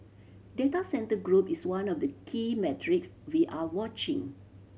data centre group is one of the key metrics we are watching